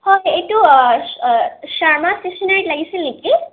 হয় এইটো শৰ্মা ষ্টেছন্যাৰিত লাগিছিল নেকি